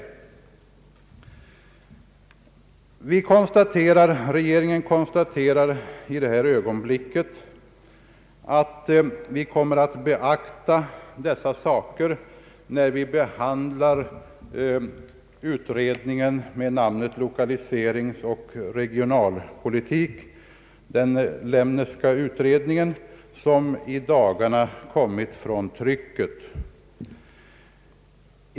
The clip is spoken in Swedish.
Regeringen konstaterar att den kommer att beakta dessa saker vid sitt ställningstagande till utredningen med namnet lokaliseringsoch regionalpolitik — den Lemneska utredningen — som i dagarna kommit från trycket.